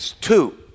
two